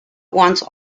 once